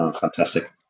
Fantastic